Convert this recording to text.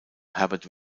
herbert